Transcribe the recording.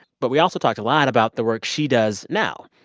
but we also talked a lot about the work she does now.